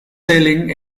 sailing